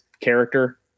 character